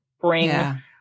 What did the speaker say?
bring